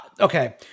Okay